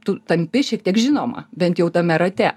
tu tampi šiek tiek žinoma bent jau tame rate